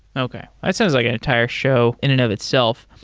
okay. that sounds like an entire show in and of itself.